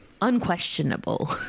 unquestionable